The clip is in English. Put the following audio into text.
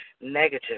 negative